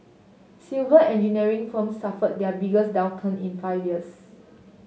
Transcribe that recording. civil engineering firms suffered their biggest downturn in five years